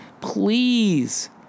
please